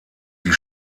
die